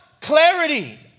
clarity